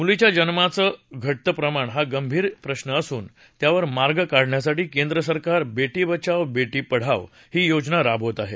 मुलींच्या जन्माचं घटतं प्रमाण हा गंभीर प्रश्न असून त्यावर मार्ग काढण्यासाठी केंद्र सरकार बेटी बचाओ बेटी पढाओ योजना राबवत आहे